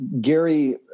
Gary